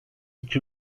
iki